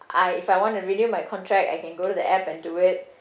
I if I want to renew my contract I can go to the app and do it